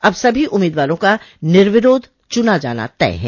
अब सभी उम्मीदवारों का निर्विरोध चुना जाना तय है